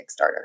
Kickstarter